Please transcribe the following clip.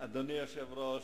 אדוני היושב-ראש,